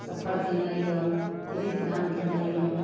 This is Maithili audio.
सफर केनाइ अइ तिरिथ धाम केनाइ अइ